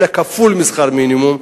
אלא כפול משכר מינימום,